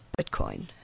Bitcoin